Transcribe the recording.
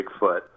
Bigfoot